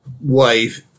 wife